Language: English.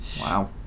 Wow